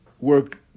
work